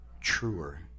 truer